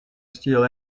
steal